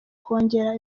kongera